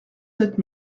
sept